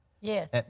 Yes